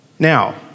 Now